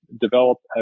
developed